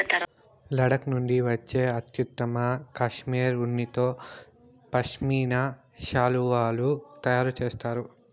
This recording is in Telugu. లడఖ్ నుండి వచ్చే అత్యుత్తమ కష్మెరె ఉన్నితో పష్మినా శాలువాలు తయారు చేస్తారు